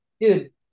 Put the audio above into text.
dude